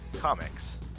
Comics